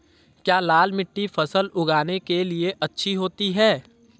क्या लाल मिट्टी फसल उगाने के लिए अच्छी होती है?